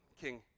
King